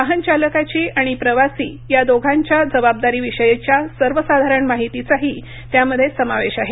वाहन चालकाची आणि प्रवासी या दोघांच्या जबाबदारीविषयीच्या सर्वसाधारण माहितीचाही त्यामध्ये समावेश आहे